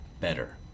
better